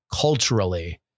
culturally